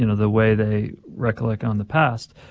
you know the way they recollect on the past,